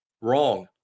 Wrong